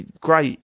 great